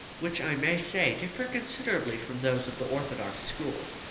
which i may say differ considerably from those of the orthodox school.